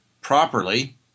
properly